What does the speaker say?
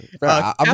right